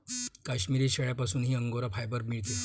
काश्मिरी शेळ्यांपासूनही angora fibre मिळते